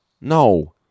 No